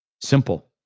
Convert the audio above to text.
Simple